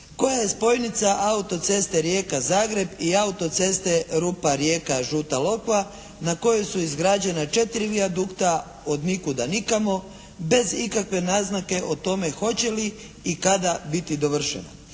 koja je spojnica autoceste Rijeka – Zagreb i autoceste Rupa – Rijeka – Žuta Lokva na kojoj su izgrađena 4 vijadukta od nikuda nikamo bez ikakve naznake o tome hoće li i kada biti dovršena.